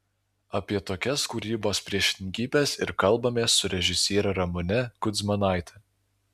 apie tokias kūrybos priešingybes ir kalbamės su režisiere ramune kudzmanaite